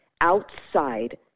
Outside